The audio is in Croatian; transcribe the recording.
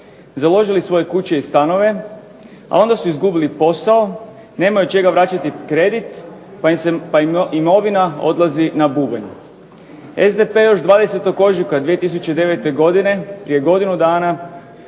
založili svoje kuće i stanove a onda su izgubili posao, nemaju od čega vraćati kredit pa im imovina odlazi na bubanj. SDP je još 20. ožujka 2009. godine prije godinu dana